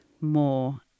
more